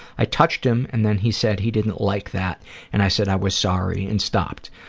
i touched him and then he said he didn't like that and i said i was sorry and stopped.